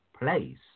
place